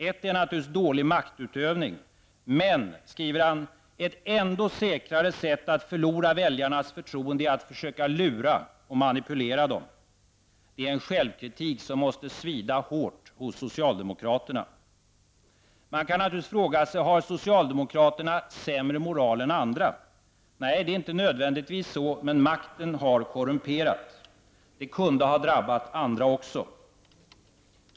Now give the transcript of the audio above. Ett är naturligtvis dålig maktutövning. Men ett ändå säkrare sätt att förlora väljarnas förtroende är att försöka lura och manipulera dem, skriver Kjell-Olof Feldt. Detta är en självkritik som måste svida hårt hos socialdemokraterna. Man kan naturligtvis fråga sig om socialdemokraterna har sämre moral än andra. Nej, det är inte nödvändigtvis så. Men makten har korrumperat. Det kunde ha drabbat också andra.